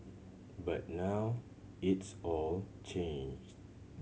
but now it's all changed